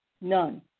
none